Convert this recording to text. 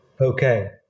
Okay